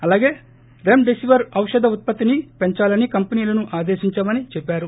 అలాగే రెమ్డెసివర్ ఔషధ ఉత్పత్తిని పెంచాలని కంపెనీలను ఆదేశించామని చెప్పారు